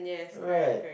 right